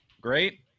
Great